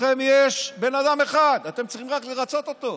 לכם יש בן אדם אחד, אתם צריכים לרצות רק אותו.